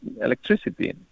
electricity